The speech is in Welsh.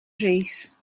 rees